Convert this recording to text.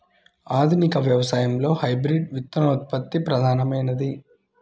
ఆధునిక వ్యవసాయంలో హైబ్రిడ్ విత్తనోత్పత్తి ప్రధానమైనది